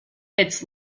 its